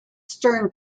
stern